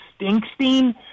Stinkstein